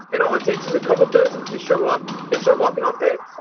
and all it takes is a couple dozen to show up and start lopping off heads